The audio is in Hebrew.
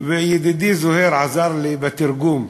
וידידי זוהיר עזר לי בתרגום.